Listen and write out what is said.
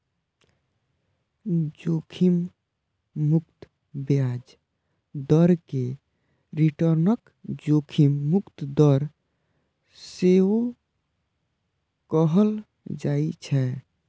जोखिम मुक्त ब्याज दर कें रिटर्नक जोखिम मुक्त दर सेहो कहल जाइ छै